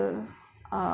then